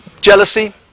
jealousy